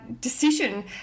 decision